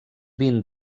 vint